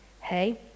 hey